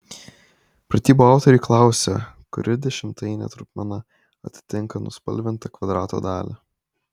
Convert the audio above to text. pratybų autoriai klausia kuri dešimtainė trupmena atitinka nuspalvintą kvadrato dalį